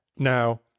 Now